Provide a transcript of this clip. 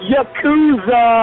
Yakuza